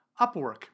Upwork